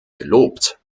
gelobt